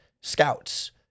scouts